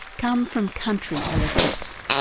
come from country electorates?